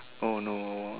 oh no